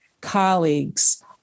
colleagues